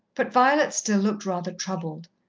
but violet still looked rather troubled.